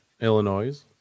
Illinois